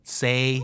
say